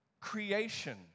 creation